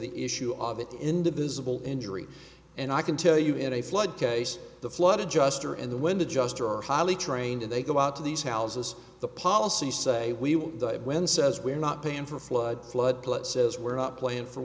the issue of it indivisible injury and i can tell you in a flood case the flood adjuster and the wind adjuster are highly trained they go out to these houses the policy say we will die when says we're not paying for flood flood plains says we're not playing for